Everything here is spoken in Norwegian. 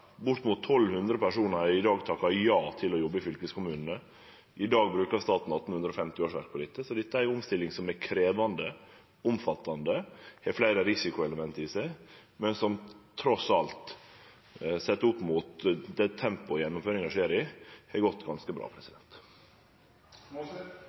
til å jobbe i fylkeskommunane. I dag brukar staten 1 850 årsverk på dette, så dette er ei omstilling som er krevjande og omfattande og har fleire risikoelement i seg, men som trass alt – sett opp mot det tempoet gjennomføringa skjer i – har gått ganske bra.